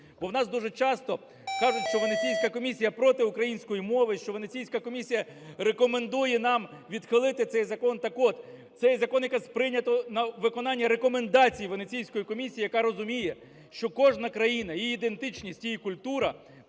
Бо в нас дуже часто кажуть, що Венеційська комісія проти української мови, що Венеційська комісія рекомендує нам відхилити цей закон. Так от, цей закон якраз прийнято на виконання рекомендацій Венеційської комісії, яка розуміє, що кожна країна, її ідентичність, її культура,